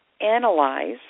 analyze